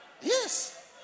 Yes